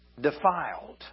defiled